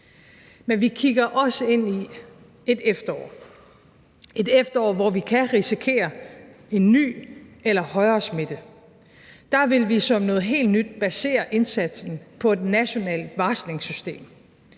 Men vi kigger også ind i et efterår – et efterår, hvor vi kan risikere en ny eller højere smitte. Der vil vi som noget helt nyt basere indsatsen på et nationalt varslingssystem,